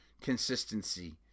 Consistency